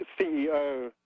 CEO